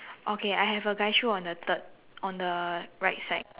okay I have a guy shoe on the third on the right side